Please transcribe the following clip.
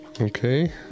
Okay